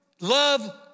love